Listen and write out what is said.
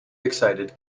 excited